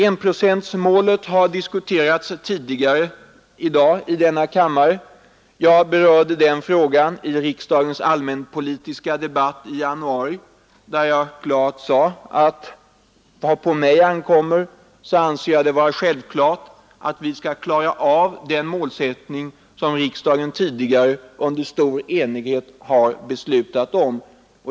Enprocentsmålet har diskuterats tidigare i dag i denna kammare. Jag berörde den frågan i riksdagens allmänpolitiska debatt i januari, där jag klart sade att vad på mig ankommer anser jag det vara självklart att vi skall försöka klara av den målsättning som riksdagen tidigare under enighet har beslutat om.